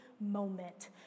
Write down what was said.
moment